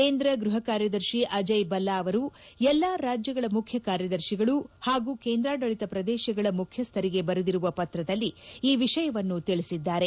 ಕೇಂದ್ರ ಗೃಹ ಕಾರ್ಯದರ್ಶಿ ಅಜಯ್ ಬಲ್ಲಾ ಅವರು ಎಲ್ಲಾ ರಾಜ್ಲಗಳ ಮುಖ್ಯ ಕಾರ್ಯದರ್ಶಿಗಳು ಹಾಗೂ ಕೇಂದ್ರಾಡಳತ ಪ್ರದೇಶಗಳ ಮುಖ್ಯಸ್ಥರಿಗೆ ಬರೆದಿರುವ ಪತ್ರದಲ್ಲಿ ಈ ವಿಷಯವನ್ನು ತಿಳಿಸಿದ್ದಾರೆ